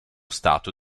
stato